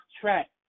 track